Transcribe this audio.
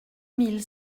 mille